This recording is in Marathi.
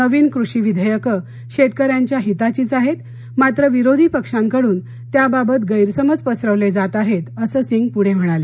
नवीन कृषी विधेयकं शेतकऱ्यांच्या हिताचीच आहेत मात्र विरोधी पक्षांकडून त्याबाबत गैरसमज पसरवले जात आहेत असं सिंग पुढे म्हणाले